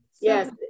Yes